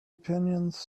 opinions